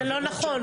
זה לא נכון,